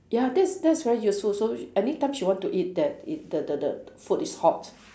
ya that's that's very useful so anytime she want to eat that ea~ the the the food is hot